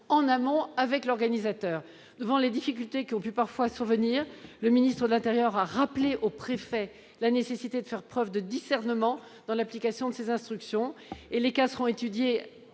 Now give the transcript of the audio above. en amont avec l'organisateur. Devant les difficultés qui ont pu parfois survenir, le ministre de l'intérieur a rappelé aux préfets la nécessité de faire preuve de discernement dans l'application de ces instructions. Les cas seront étudiés